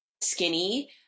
skinny